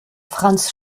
franz